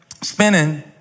spinning